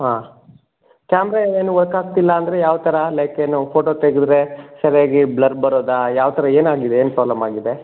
ಹಾಂ ಕ್ಯಾಮ್ರಾ ಏನೂ ವರ್ಕ್ ಆಗ್ತಿಲ್ಲ ಅಂದರೆ ಯಾವ ಥರ ಲೈಕ್ ಏನು ಫೋಟೋ ತೆಗೆದ್ರೆ ಸರಿಯಾಗಿ ಬ್ಲರ್ ಬರೋದಾ ಯಾವ ಥರ ಏನಾಗಿದೆ ಏನು ಪ್ರಾಬ್ಲಮ್ ಆಗಿದೆ